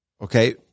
Okay